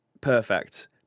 perfect